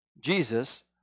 Jesus